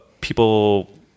people